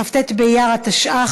כ"ט באייר התשע"ח,